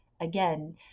Again